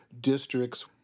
districts